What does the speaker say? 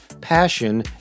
Passion